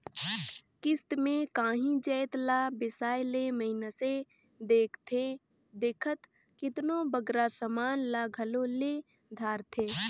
किस्त में कांही जाएत ला बेसाए ले मइनसे देखथे देखत केतनों बगरा समान ल घलो ले धारथे